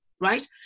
right